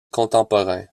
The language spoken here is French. contemporains